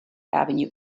avenue